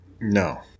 No